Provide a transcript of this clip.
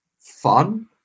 fun